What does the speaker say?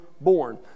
born